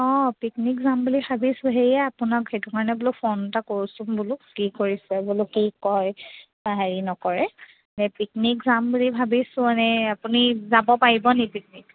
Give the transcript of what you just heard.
অঁ পিকনিক যাম বুলি ভাবিছোঁ সেয়ে আপোনাক সেইটো কাৰণে বোলো ফোন এটা কৰোচোন বোলো কি কৰিছে বোলো কি কয় হেৰি নকৰে এই পিকনিক যাম বুলি ভাবিছোঁ এনেই আপুনি যাব পাৰিবনি পিকনিক